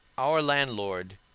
our landlord,